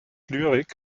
lyrik